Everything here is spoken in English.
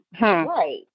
right